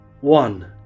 one